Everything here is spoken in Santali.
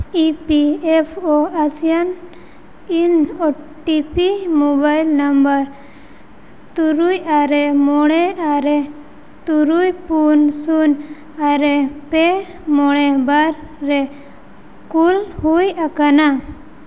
ᱤ ᱯᱤ ᱮᱯᱷ ᱳ ᱟᱥᱤᱭᱟᱱ ᱤᱱ O T P mobile number ᱛᱩᱨᱩᱭ ᱟᱨᱮ ᱢᱚᱬᱮ ᱟᱨᱮ ᱛᱩᱨᱩᱭ ᱯᱩᱱ ᱥᱩᱱ ᱟᱨᱮ ᱯᱮ ᱢᱚᱬᱮ ᱵᱟᱨ ᱨᱮ ᱠᱩᱞ ᱦᱩᱭ ᱟᱠᱟᱱᱟ